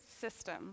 system